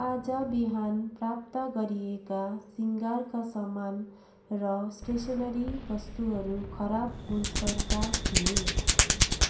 आज बिहान प्राप्त गरिएका शृङ्गारका सामान र स्टेसनरी वस्तुहरू खराब गुणस्तरका थिए